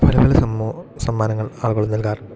പല പല സമ്മാനം സമ്മാനങ്ങൾ ആളുകൾ നൽകാറുണ്ട്